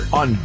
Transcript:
on